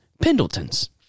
Pendleton's